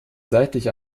seitlich